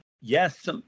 yes